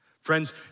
Friends